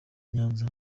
nyanza